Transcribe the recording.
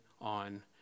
on